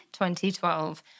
2012